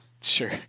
sure